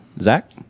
Zach